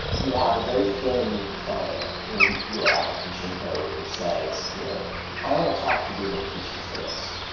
you have a very thin client in your application code which says, you know i want to talk to the location service,